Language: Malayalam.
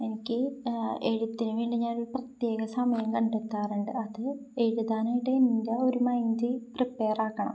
എനിക്ക് എഴുത്തിന് വേണ്ടി ഞാനൊരു പ്രത്യേക സമയം കണ്ടെത്താറുണ്ട് അത് എഴുതാനായിട്ട് എൻ്റെ ഒരു മൈൻഡ് പ്രിപ്പെയറാക്കണം